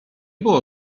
było